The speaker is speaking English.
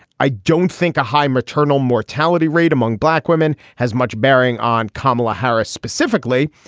i don't think a high maternal mortality rate among black women has much bearing on kamala harris specifically.